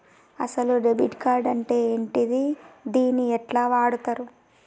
అసలు debit card అంటే ఏంటిది? దీన్ని ఎట్ల వాడుతరు?